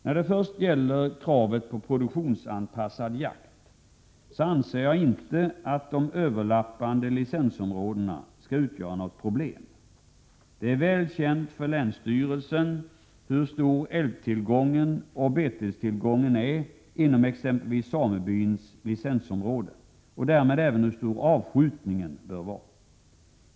När det först gäller kravet på produktionsanpassad jakt anser jag inte att de överlappande licensområdena skall utgöra något problem. Det är väl känt för länsstyrelsen hur stor älgtillgången och betestillgången är inom exempelvis samebyns licensområde och därmed även hur stor avskjutningen bör vara.